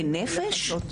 לנפש?